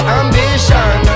ambition